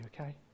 okay